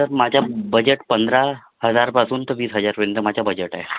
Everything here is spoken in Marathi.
सर माझा बजेट पंधरा हजारपासून तर वीस हजारपर्यंत माझा बजेट आहे